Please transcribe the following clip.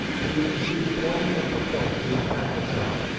he would concede point after point to his adversary.